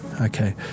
Okay